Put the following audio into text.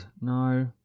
no